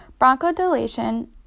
Bronchodilation